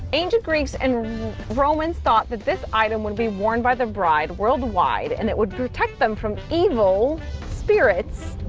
ancient greeks and romans thought that this item would be worn by the bride worldwide and it would protect them from evil spirits.